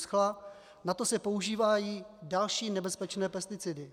Na to se používají další nebezpečné pesticidy.